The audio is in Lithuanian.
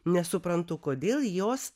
nesuprantu kodėl jos